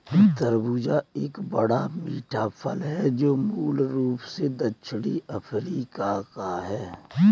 तरबूज एक बड़ा, मीठा फल है जो मूल रूप से दक्षिणी अफ्रीका का है